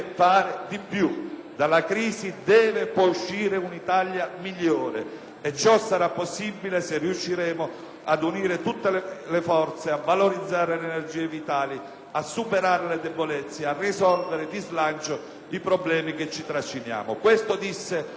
«Dalla crisi deve e può uscire una Italia migliore» e ciò sarà possibile se riusciremo "ad unire tutte le forze, a valorizzare le energie vitali, a superare le debolezze, a risolvere di slancio i problemi che ci trasciniamo": questo disse a noi tutti